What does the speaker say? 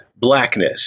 Blackness